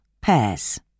pears